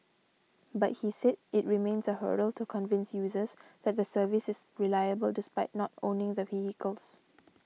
but he said it remains a hurdle to convince users that the service is reliable despite not owning the vehicles